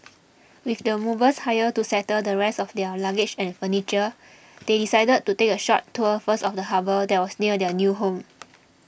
with the movers hired to settle the rest of their luggage and furniture they decided to take a short tour first of the harbour that was near their new home